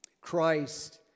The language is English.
Christ